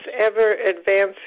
ever-advancing